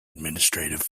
administrative